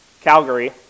Calgary